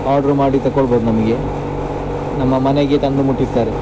order ಮಾಡಿ ತಕೊಳ್ಬೋದು ನಮಗೆ ನಮ್ಮ ಮನೆಗೆ ತಂದು ಮುಟ್ಟಿಸ್ತಾರೆ